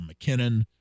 McKinnon